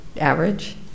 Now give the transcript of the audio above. average